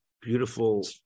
beautiful